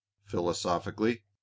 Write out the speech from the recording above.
philosophically